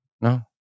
No